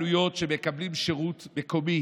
אלפי חנויות שמקבלות שירות מקומי